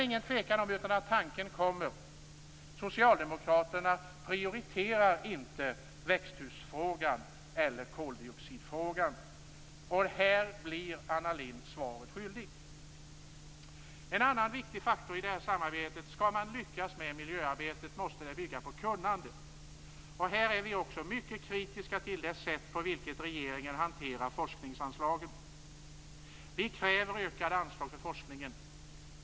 Utan tvekan kommer tanken att socialdemokraterna inte prioriterar växthusfrågan eller koldioxidfrågan. Här blir Anna Lindh svaret skyldig. En annan viktig faktor är att om man skall lyckas med miljöarbetet måste det bygga på kunskap. Här är vi mycket kritiska till det sätt på vilket regeringen hanterar forskningsanslagen. Vi kräver ökade anslag för forskning.